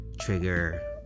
trigger